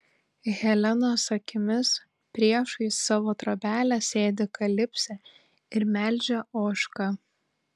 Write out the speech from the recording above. helenos akimis priešais savo trobelę sėdi kalipsė ir melžia ožką